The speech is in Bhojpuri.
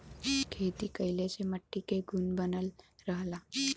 खेती कइले से मट्टी के गुण बनल रहला